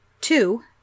Two